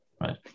right